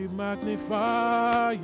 magnify